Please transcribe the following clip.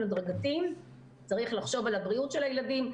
הדרגתי צריך לחשוב על הבריאות של הילדים,